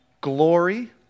glory